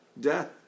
death